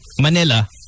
Manila